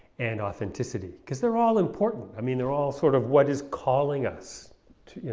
and authenticity, because they're all important i mean, they're all sort of what is calling us to, you know,